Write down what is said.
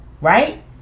right